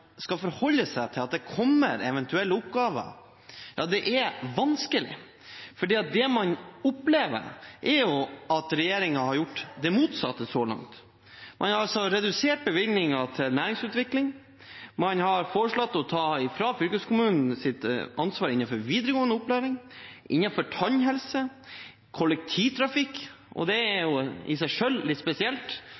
skal forholde seg til at det kommer eventuelle oppgaver, vanskelig. Det man opplever, er at regjeringen har gjort det motsatte så langt. Den har redusert bevilgningene til næringsutvikling, den har foreslått å ta fra fylkeskommunene deres ansvar innenfor videregående opplæring, innenfor tannhelse, innenfor kollektivtrafikk. Det er